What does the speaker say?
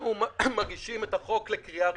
אנחנו מגישים את הצעת החוק לקריאה הראשונה.